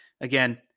again